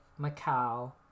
Macau